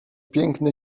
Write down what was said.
piękny